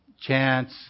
chance